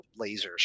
lasers